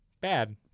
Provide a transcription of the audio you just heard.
Bad